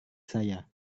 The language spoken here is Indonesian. saya